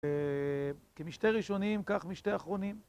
כמשתה ראשונים, כך משתה אחרונים.